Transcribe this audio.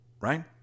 Right